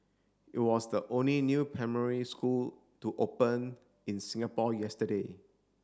it was the only new primary school to open in Singapore yesterday